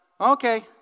okay